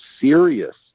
serious